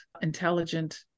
intelligent